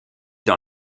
dans